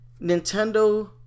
Nintendo